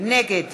נגד